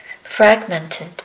fragmented